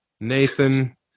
Nathan